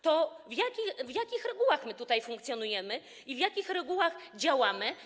To w jakich regułach my tutaj funkcjonujemy i w jakich regułach działamy?